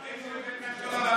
אחרי שהבאת את כל הווריאנטים,